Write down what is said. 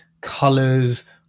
colors